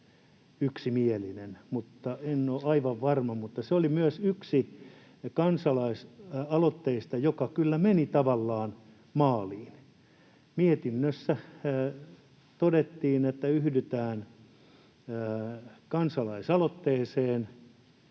yksimielinen — en ole aivan varma — mutta se oli myös yksi kansalaisaloitteista, joka kyllä meni tavallaan maaliin. Mietinnössä todettiin, että yhdytään kansalaisaloitteeseen,